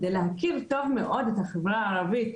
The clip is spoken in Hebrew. כדי להכיר טוב מאד את החברה הערבית.